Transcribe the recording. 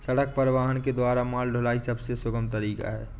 सड़क परिवहन के द्वारा माल ढुलाई सबसे सुगम तरीका है